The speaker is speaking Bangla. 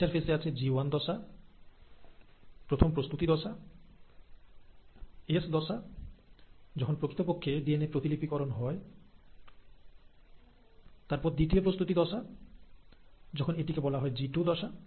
ইন্টারফেসে আছে জি ওয়ান দশা প্রথম প্রস্তুতি দশা এস দশা যখন প্রকৃতপক্ষে ডিএনএ প্রতিলিপিকরণ হয় তারপর দ্বিতীয় প্রস্তুতি দশা যখন এটিকে বলা হয় জিটু দশা